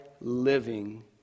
living